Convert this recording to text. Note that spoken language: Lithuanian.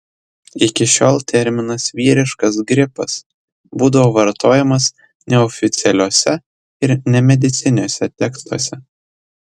iki šiol terminas vyriškas gripas būdavo vartojamas neoficialiuose ir nemedicininiuose tekstuose